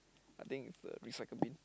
I think is the recycle bin